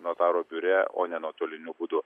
notarų biure o ne nuotoliniu būdu